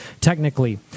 technically